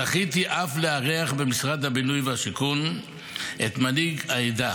זכיתי אף לארח במשרד הבינוי והשיכון את מנהיג העדה,